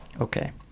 okay